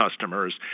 customers